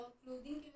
clothing